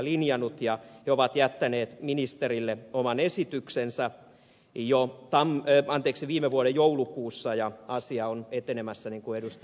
se on jättänyt ministerille oman esityksensä jo viime vuoden joulukuussa ja asia on etenemässä niin kuin ed